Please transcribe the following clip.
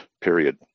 period